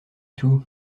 tout